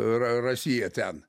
ra rasija ten